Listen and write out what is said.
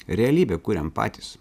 realybę kuriam patys